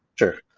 sure.